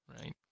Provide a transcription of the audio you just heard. right